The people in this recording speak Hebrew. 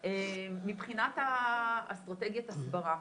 מבחינת אסטרטגיית ההסברה,